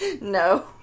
No